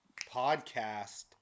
Podcast